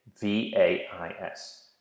V-A-I-S